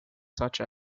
such